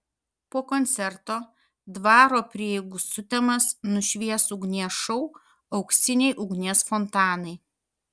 po koncerto dvaro prieigų sutemas nušvies ugnies šou auksiniai ugnies fontanai